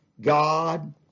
God